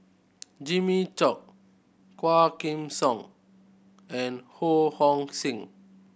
Jimmy Chok Quah Kim Song and Ho Hong Sing